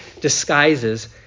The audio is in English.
disguises